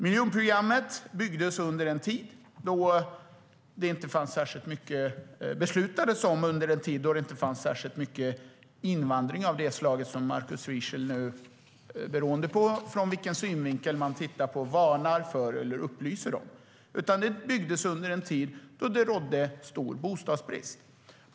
Miljonprogrammet beslutade man om under en tid då det inte fanns särskilt mycket invandring av det slag Markus Wiechel varnar för eller upplyser om, beroende på vilken synvinkel man har. Det genomfördes dock under en tid då det rådde stor bostadsbrist.